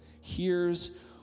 hears